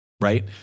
right